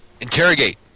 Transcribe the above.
Interrogate